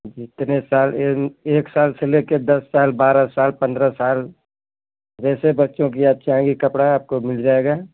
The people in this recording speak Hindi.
जितने साल के एक साल से ले कर दस साल बारह साल पंद्रह साल जैसे बच्चों कि आप चाहेंगी कपड़ा आपको मिल जायेगा